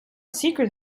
secret